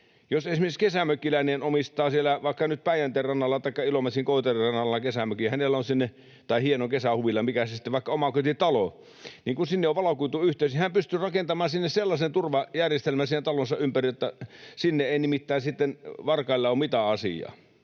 Jos esimerkiksi kesämökkiläinen omistaa vaikka nyt Päijänteen rannalla taikka Ilomantsin Koitereen rannalla kesämökin, hienon kesähuvilan tai vaikka omakotitalon, niin kun sinne on valokuituyhteys, hän pystyy rakentamaan sinne sellaisen turvajärjestelmän siihen talonsa ympärille, että sinne ei nimittäin sitten varkailla ole mitään asiaa,